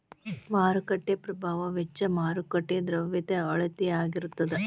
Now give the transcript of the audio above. ಮಾರುಕಟ್ಟೆ ಪ್ರಭಾವ ವೆಚ್ಚ ಮಾರುಕಟ್ಟೆಯ ದ್ರವ್ಯತೆಯ ಅಳತೆಯಾಗಿರತದ